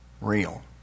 real